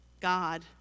god